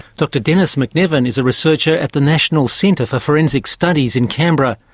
dr dennis mcnevin is a researcher at the national centre for forensic studies in canberra.